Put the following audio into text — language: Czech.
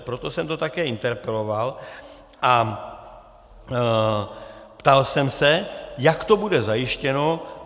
Proto jsem to také interpeloval a ptal jsem se, jak to bude zajištěno.